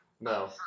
No